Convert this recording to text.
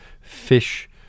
fish